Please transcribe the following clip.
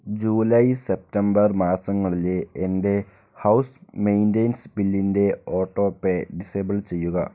July September മാസങ്ങളിലെ എൻ്റെ house maintenance ബില്ലിൻ്റെ ഓട്ടോപേ ഡിസെബിൾ ചെയ്യുക